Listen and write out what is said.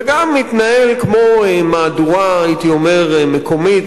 וגם מתנהל כמו מהדורה מקומית,